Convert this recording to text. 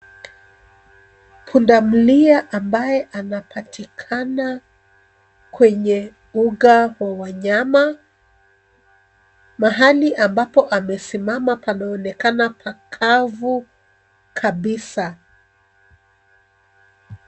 Pundamilia ambaye anapatikana kwenye mbuga wa wanyama, mahali ambapo amesimama, panaonekana pakavu kabisa.